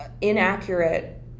inaccurate